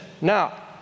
Now